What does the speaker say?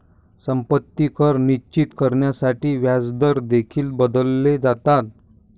संपत्ती कर निश्चित करण्यासाठी व्याजदर देखील बदलले जातात